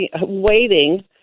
waiting